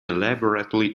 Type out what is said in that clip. elaborately